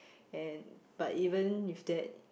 and but even with that